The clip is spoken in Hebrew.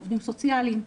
עובדים סוציאליים,